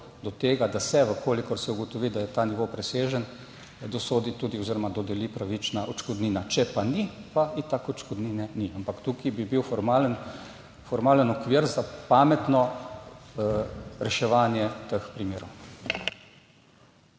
do tega, da se, če se ugotovi, da je ta nivo presežen, tudi dosodi oziroma dodeli pravična odškodnina. Če pa ni, pa itak odškodnine ni, ampak tukaj bi bil formalni okvir za pametno reševanje teh primerov.